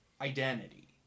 identity